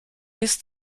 jest